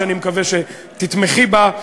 שאני מקווה שתתמכי בה,